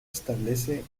establece